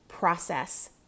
process